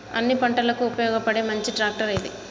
అన్ని పంటలకు ఉపయోగపడే మంచి ట్రాక్టర్ ఏది?